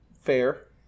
fair